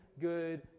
good